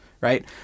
right